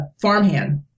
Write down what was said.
farmhand